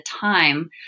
time